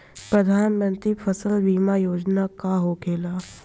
प्रधानमंत्री फसल बीमा योजना का होखेला?